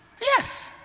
Yes